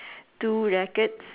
two jackets